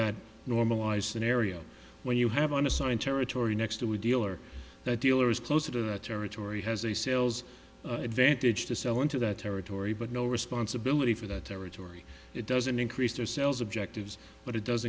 that normalized scenario where you have an assigned territory next to a dealer that dealer is closer to the territory has a sales advantage to sell into that territory but no responsibility for that territory it doesn't increase their sales objectives but it does